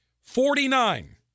Forty-nine